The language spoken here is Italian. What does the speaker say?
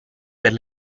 per